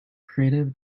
creative